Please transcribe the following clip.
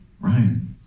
Ryan